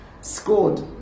scored